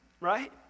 Right